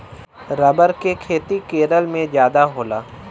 rubber के खेती केरल में जादा होला